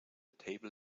table